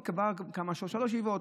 היא קבעה שלוש ישיבות: